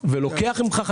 אם תרצו אני אפרט לכם למה.